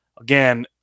again